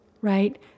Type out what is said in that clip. Right